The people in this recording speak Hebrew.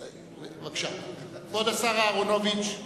בבקשה, כבוד השר אהרונוביץ.